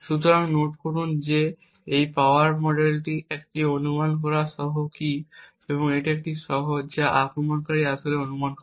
সুতরাং নোট করুন যে এই পাওয়ার মডেলটি একটি অনুমান করা কী সহ এটি একটি কী সহ যা আক্রমণকারী আসলে অনুমান করে